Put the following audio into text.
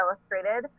illustrated